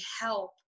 help